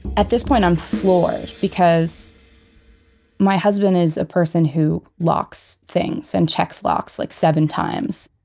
at this point i'm floored, because my husband is a person who locks things and checks locks like seven times.